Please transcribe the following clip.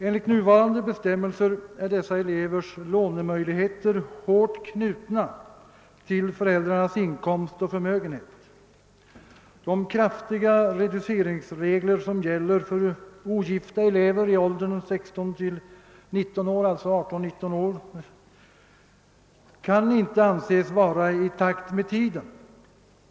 Enligt nuvarande bestämmelser är dessa elevers lånemöjligheter hårt knutna till föräldrarnas inkomst och förmögenhet. De kraftiga reduceringsregler, som gäller för ogifta elever i åldern 16—19 år kan, särskilt för 18—19 åringar, inte anses vara i takt med tiden.